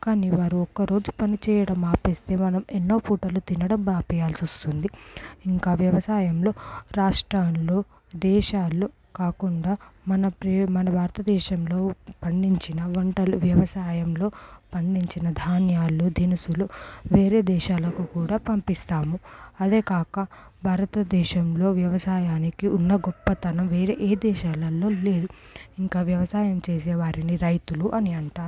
కాని వారు ఒక్కరోజు పని చేయడం ఆపేస్తే మనం ఎన్నో పూటలు తినడం ఆపేయాల్సి వస్తుంది ఇంకా వ్యవసాయంలో రాష్ట్రాల్లో దేశాల్లో కాకుండా మన మన భారతదేశంలో పండించిన వంటలు వ్యవసాయంలో పండించిన ధాన్యాలు దినుసులు వేరే దేశాలకు కూడా పంపిస్తాము అదే కాక భారతదేశంలో వ్యవసాయానికి ఉన్న గొప్పతనం వేరే ఏ దేశాలలో లేదు ఇంకా వ్యవసాయం చేసే వారిని రైతులు అని అంటారు